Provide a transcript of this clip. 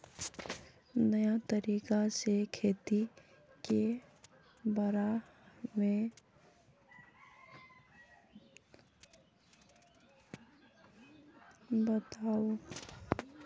नया तरीका से खेती के बारे में बताऊं?